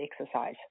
exercise